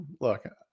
look